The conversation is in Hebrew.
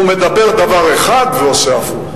הוא מדבר דבר אחד ועושה הפוך.